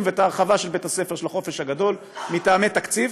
וההרחבה של בית-הספר של החופש הגדול מטעמי תקציב.